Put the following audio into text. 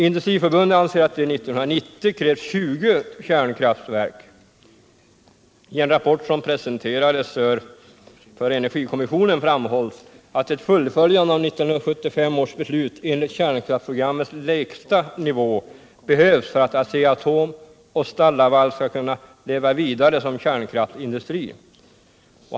Industriförbundet anseratt det 1990 krävs 20 kärnkraftverk. I en ny rapport som presenterats för energikommissionen framhålls att ett fullföljande av 1975 års beslut enligt kärnkraftsprogrammets lägsta nivå behövs för att Asea-Atom och STAL LAVAL skall kunna leva vidare som kärnkraftsindustrier.